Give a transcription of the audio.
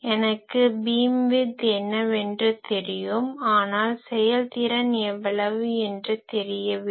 எனக்கு பீம்விட்த் என்னவென்று தெரியும் ஆனால் செயல் திறன் எவ்வளவு என்று தெரிய வேண்டும்